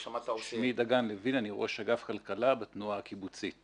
שמי דגן לוין, אני ראש אגף כלכלה בתנועה הקיבוצית.